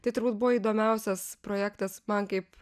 tai turbūt buvo įdomiausias projektas man kaip